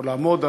או לעמוד,